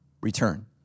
return